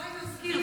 אולי נזכיר,